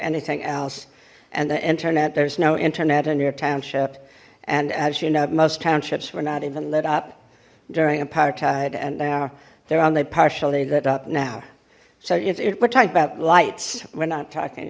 anything else and the internet there's no internet in your township and as you know most townships were not even lit up during apartheid and now they're only partially lit up now so if we're talking about lights we're not talking